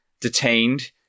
detained